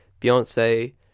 beyonce